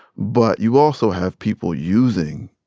but you also have people using